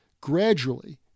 Gradually